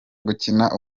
gukina